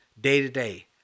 day-to-day